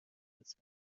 میرسد